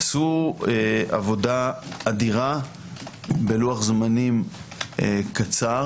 עשו עבודה אדירה בלוח זמנים קצר